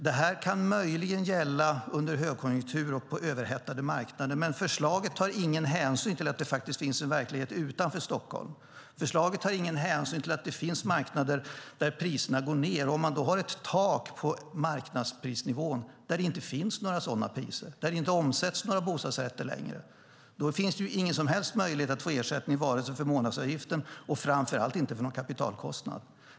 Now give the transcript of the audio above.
Det här kan möjligen gälla under högkonjunktur och på överhettade marknader, men förslaget tar ingen hänsyn till att det finns en verklighet utanför Stockholm. Förslaget tar ingen hänsyn till att det finns marknader där priserna går ned. Om man då har ett tak på marknadsprisnivån där det inte finns några sådana priser, där det inte längre omsätts några bostadsrätter, finns det ingen som helst möjlighet att få ersättning för månadsavgiften och framför allt inte för någon kapitalkostnad.